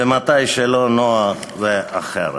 וכשלא נוח זה אחרת.